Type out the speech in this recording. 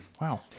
Wow